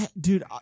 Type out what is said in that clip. Dude